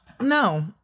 No